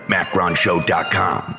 MacronShow.com